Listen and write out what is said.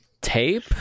tape